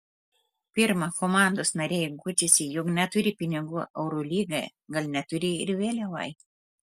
pirma komandos nariai guodžiasi jog neturi pinigų eurolygai gal neturi ir vėliavai